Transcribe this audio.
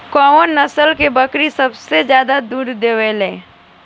कउन नस्ल के बकरी सबसे ज्यादा दूध देवे लें?